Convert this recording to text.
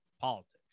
politics